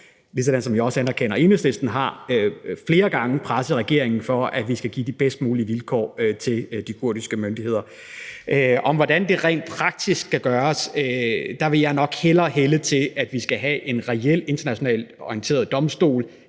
også, hvad jeg også anerkender at Enhedslisten har, flere gange presset regeringen, i forhold til at vi skal give de bedst mulige vilkår til de kurdiske myndigheder. Angående spørgsmålet om, hvordan det rent praktisk skal gøres, vil jeg nok hellere hælde til, at vi skal have en reel internationalt orienteret domstol